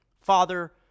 Father